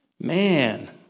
man